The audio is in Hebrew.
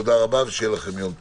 תודה רבה, שיהיה לכם יום טוב.